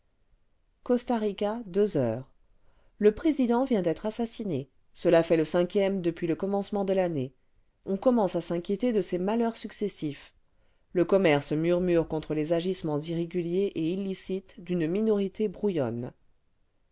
costa rica heures le président vient d'être assassiné cela fait le cinquième depuis le commencement de l'année on commence à s'inquiéter de ces malheurs successifs le commerce murmure contre les agissements irréguliers et illicites d'une minorité brouillonne